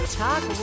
talk